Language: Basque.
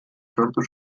sortu